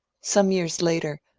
some years later,